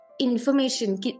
information